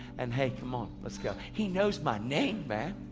and hey come on, let's go. he knows my name, man.